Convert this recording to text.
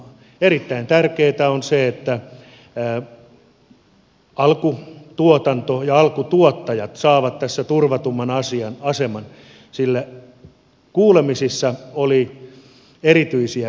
erittäin tärkeätä on se että alkutuotanto ja alkutuottajat saavat tässä turvatumman aseman sillä kuulemisissa oli erityisiä piirteitä